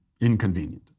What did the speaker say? inconvenient